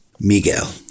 Miguel